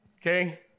okay